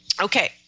Okay